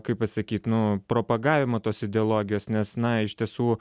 kaip pasakyt nu propagavimą tos ideologijos nes na iš tiesų